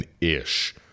ish